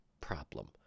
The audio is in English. problem